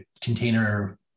container